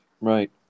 Right